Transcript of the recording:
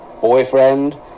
boyfriend